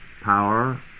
power